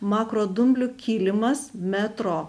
makrodumblių kilimas metro